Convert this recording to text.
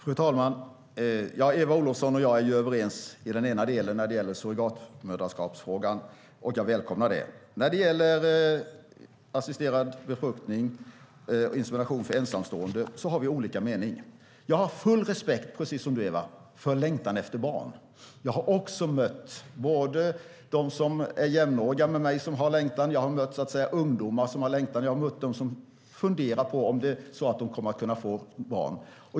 Fru talman! Eva Olofsson och jag är ju överens i den ena delen, när det gäller surrogatmoderskapsfrågan. Jag välkomnar det. När det gäller assisterad befruktning, insemination för ensamstående, har vi olika mening. Jag har full respekt, precis som du Eva, för längtan efter barn. Jag har också mött dem som är jämnåriga med mig som har längtan, jag har mött ungdomar som har längtan, jag har mött dem som funderar på om det är så att de kommer att kunna få barn.